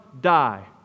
die